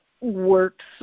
works